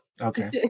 okay